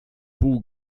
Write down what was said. pół